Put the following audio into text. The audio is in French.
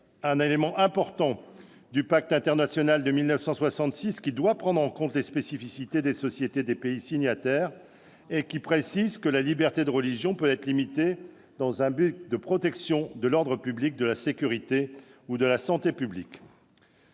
civils et politiques du 16 décembre 1966, qui prend en compte les spécificités des sociétés des pays signataires et précise que la liberté de religion peut être limitée dans un but de protection de l'ordre public, de la sécurité ou de la santé publique.